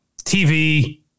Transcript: TV-